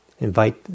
Invite